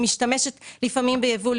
שמשתמשת לפעמים בייבוא,